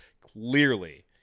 Clearly